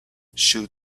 should